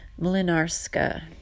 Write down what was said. Mlinarska